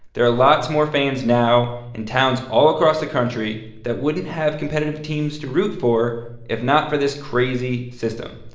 there are lots more fans now in towns all across the country that wouldn't have competitive teams to root for if not for this crazy system.